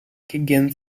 and